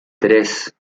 tres